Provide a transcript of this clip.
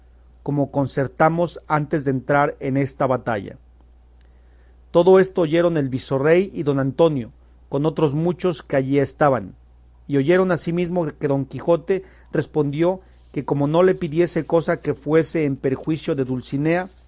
como concertamos antes de entrar en esta batalla todo esto oyeron el visorrey y don antonio con otros muchos que allí estaban y oyeron asimismo que don quijote respondió que como no le pidiese cosa que fuese en perjuicio de dulcinea